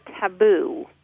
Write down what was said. taboo